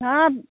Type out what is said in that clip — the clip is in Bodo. हाब